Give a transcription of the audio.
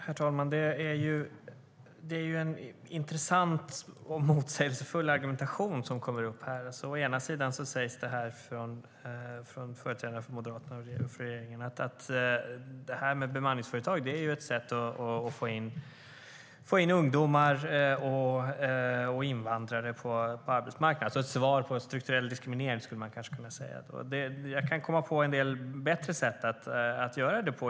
Herr talman! Det är en intressant och motsägelsefull argumentation som förs. Å ena sidan sägs det av företrädare för Moderaterna och regeringen att bemanningsföretag är ett sätt att få in ungdomar och invandrare på arbetsmarknaden. Ett svar på strukturell diskriminering, skulle man kanske kunna kalla det. Jag kan i och för sig komma på en del bättre sätt att göra det på.